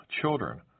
children